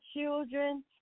children